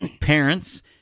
parents